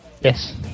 yes